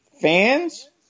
Fans